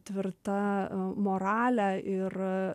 tvirta morale ir